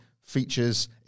features